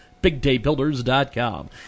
BigDayBuilders.com